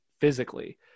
physically